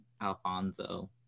Alfonso